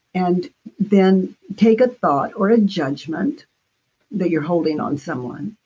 and then, take a thought or a judgment that you're holding on someone,